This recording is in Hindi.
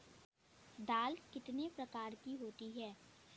दाल कितने प्रकार की होती है?